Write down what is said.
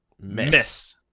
Miss